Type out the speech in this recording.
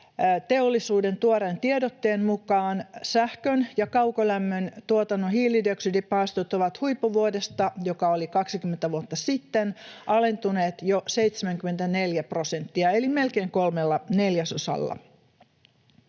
Energiateollisuuden tuoreen tiedotteen mukaan sähkön ja kaukolämmön tuotannon hiilidioksidipäästöt ovat huippuvuodesta, joka oli 20 vuotta sitten, alentuneet jo 74 prosenttia eli melkein kolmella neljäsosalla.